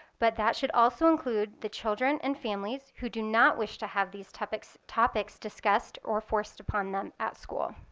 but that should also include the children and families who do not wish to have these topics topics discussed or forced upon them at school.